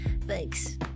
Thanks